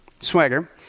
Swagger